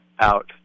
out